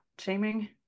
shaming